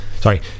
sorry